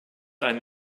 einen